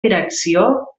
direcció